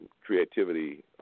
creativity